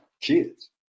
kids